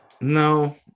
No